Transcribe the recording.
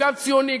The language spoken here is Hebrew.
גם ציוני,